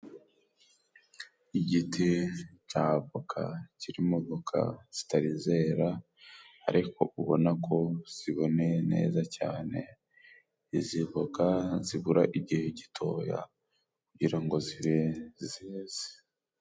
Igiti ca voka kirimo voka zitari zera ariko ubona ko ziboneye neza cyane. Izi voka zibura igihe gitoya kugira ngo zibe zeze.